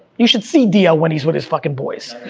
you should see dio, when he's with his fucking boys.